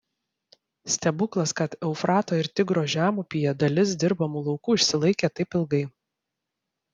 stebuklas kad eufrato ir tigro žemupyje dalis dirbamų laukų išsilaikė taip ilgai